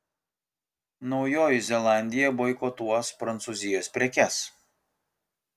naujoji zelandija boikotuos prancūzijos prekes